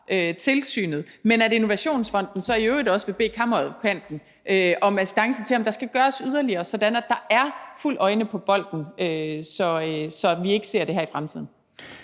tilsynet, men at Innovationsfonden så i øvrigt også vil bede Kammeradvokaten om assistance, i forhold til om der skal gøres yderligere, sådan at der er øjne på bolden, så vi ikke ser det her i fremtiden.